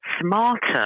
smarter